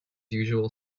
usual